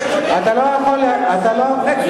אתה לא יכול לדבר,